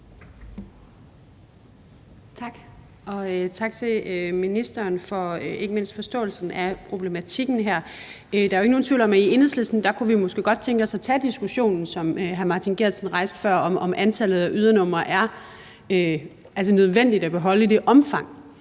Tak, og tak til ministeren for ikke mindst forståelsen af problematikken her. Der er jo ikke nogen tvivl om, at vi i Enhedslisten måske godt kunne tænke os at tage diskussionen, som hr. Martin Geertsen rejste før, altså om det er nødvendigt at beholde antallet